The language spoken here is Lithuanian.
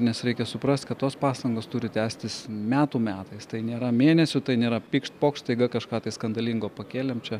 nes reikia suprast kad tos pastangos turi tęstis metų metais tai nėra mėnesių tai nėra pykšt pokšt staiga kažką skandalingo pakėlėm čia